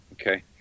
Okay